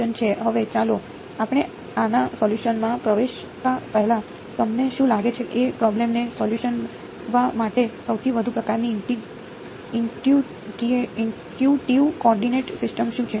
હવે ચાલો આપણે આના સોલ્યુસન માં પ્રવેશતા પહેલા તમને શું લાગે છે કે આ પ્રોબ્લેમ ને સોલ્યુસન વા માટે સૌથી વધુ પ્રકારની ઈંટયુટીવ કોઓર્ડિનેટ સિસ્ટમ શું છે